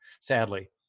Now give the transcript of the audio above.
sadly